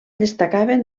destacaven